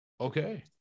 Okay